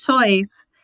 choice